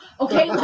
Okay